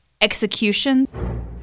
execution